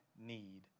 need